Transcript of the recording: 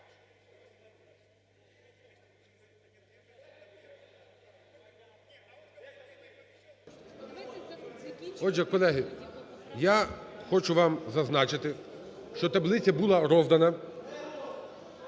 Отже, колеги, я хочу вам зазначити, що таблиця була роздана.